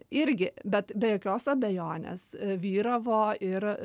irgi bet be jokios abejonės vyravo ir